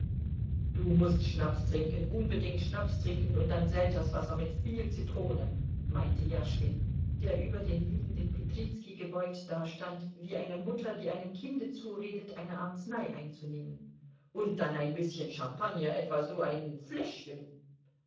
du mußt schnaps trinken unbedingt schnaps trinken und dann selterswasser mit viel zitrone meinte jaschwin der über den liegenden petrizki gebeugt dastand wie eine mutter die einem kinde zuredet eine arznei einzunehmen und dann ein bißchen champagner etwa so ein fläschchen